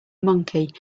monkey